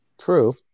True